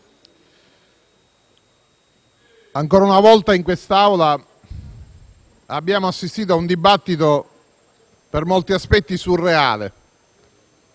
ancora una volta in questa Aula abbiamo assistito a un dibattito per molti aspetti surreale,